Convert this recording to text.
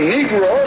Negro